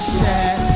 set